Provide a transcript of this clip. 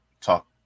talk